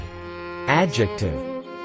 adjective